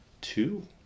two